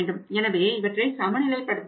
எனவே இவற்றை சமநிலைப்படுத்த வேண்டும்